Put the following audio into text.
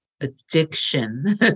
addiction